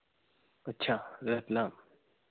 अच्छा रतलाम